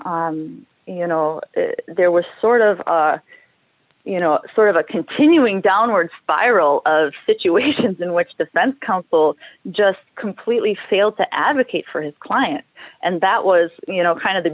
so you know there was sort of you know sort of a continuing downward spiral of situations in which defense counsel just completely failed to advocate for his client and that was you know kind of the